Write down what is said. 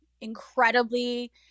incredibly